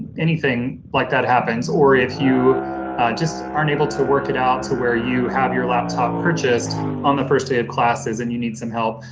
anything like that happens or if you just aren't able to work it out to where you have your laptop purchased on the first day of classes and you need some help,